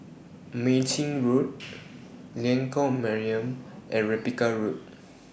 Mei Chin Road Lengkok Mariam and Rebecca Road